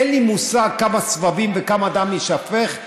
אין לי מושג כמה סבבים וכמה דם יישפך,